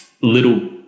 little